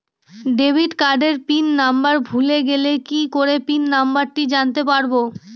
Debit কার্ডের pin number ভুলে গেলে কি করে পিন নম্বরটি জানতে পারবো?